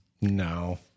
no